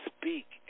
speak